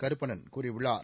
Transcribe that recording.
கருப்பண்ணன் கூறியுள்ளார்